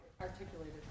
articulated